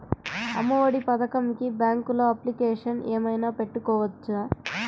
అమ్మ ఒడి పథకంకి బ్యాంకులో అప్లికేషన్ ఏమైనా పెట్టుకోవచ్చా?